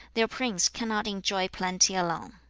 their prince cannot enjoy plenty alone